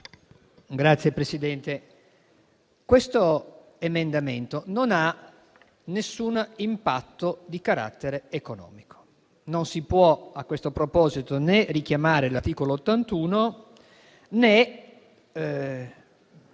Signor Presidente, questo emendamento non ha nessun impatto di carattere economico. Non si può a questo proposito né richiamare l'articolo 81 né